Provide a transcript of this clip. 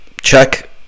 Check